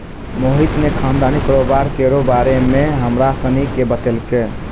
मोहित ने खानदानी कारोबार केरो बारे मे हमरा सनी के बतैलकै